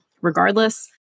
regardless